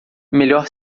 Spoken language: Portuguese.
melhor